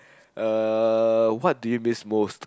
uh what do you miss most